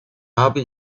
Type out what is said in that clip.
habe